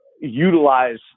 utilize